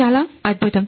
చాలా అద్భుతం